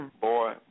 boy